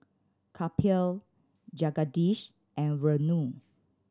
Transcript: Kapil Jagadish and Renu